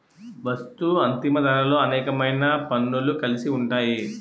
వస్తూ అంతిమ ధరలో అనేకమైన పన్నులు కలిసి ఉంటాయి